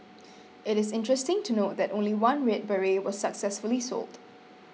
it is interesting to note that only one red beret was successfully sold